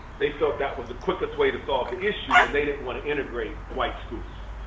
they felt that was the quickest way to solve the issue and they didn't want to integrate white schools.